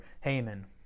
Haman